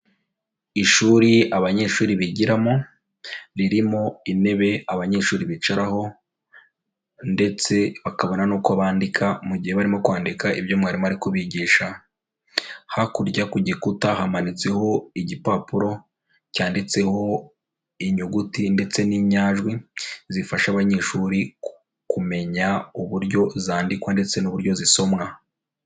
Ishuri abanyeshuri bigiramo ririmo intebe abanyeshuri bicaraho ndetse bakabona n'uko bandika mu gihe barimo kwandika ibyo mwarimu ari kubigisha. Hakurya ku gikuta hamanitseho igipapuro cyanditseho inyuguti ndetse n'inyajwi zifasha abanyeshuri kumenya uburyo zandikwa ndetse n'uburyo zisomwa.